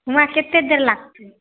वहाँ कतेक देर लागतै